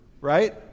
right